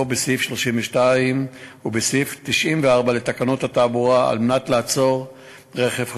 בסעיף 32 ובסעיף 94 לתקנות התעבורה על מנת לעצור רכב חשוד.